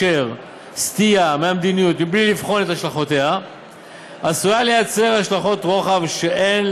וסטייה מהמדיניות בלי לבחון את השלכותיה עשויה לייצר השלכות רוחב שאין